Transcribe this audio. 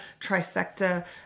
trifecta